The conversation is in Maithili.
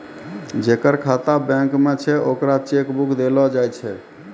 जेकर खाता बैंक मे छै ओकरा चेक बुक देलो जाय छै